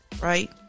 Right